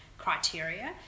criteria